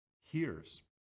hears